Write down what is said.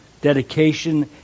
dedication